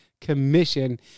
commission